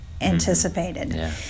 anticipated